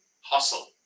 hustle